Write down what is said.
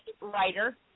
writer